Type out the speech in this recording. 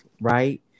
Right